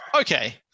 Okay